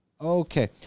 okay